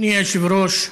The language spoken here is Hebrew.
אדוני היושב-ראש,